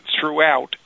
throughout